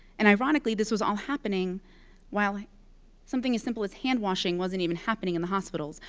and ironically, this was all happening while something as simple as hand washing wasn't even happening in the hospitals,